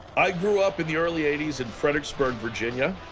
i grew up in the early eighty s in fredericksburg, virginia.